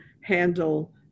handle